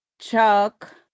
Chuck